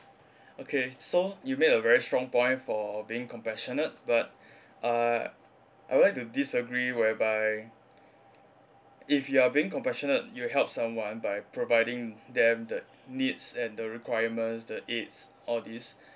okay so you made a very strong point for being compassionate but uh I would like to disagree whereby if you are being compassionate you will help someone by providing them the needs and the requirements the aids all these